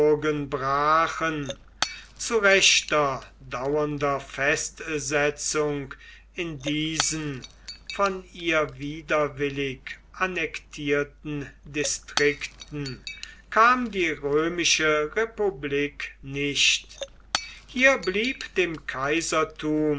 brachen zu rechter dauernder festsetzung in diesen von ihr widerwillig annektierten distrikten kam die römische republik nicht hier blieb dem kaisertum